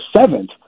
seventh